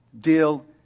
Deal